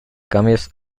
cambios